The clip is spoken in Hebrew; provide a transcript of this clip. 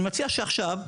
אני מציע שעכשיו,